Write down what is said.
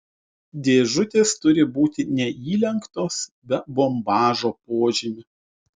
dėžutės turi būti neįlenktos be bombažo požymių